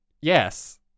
yes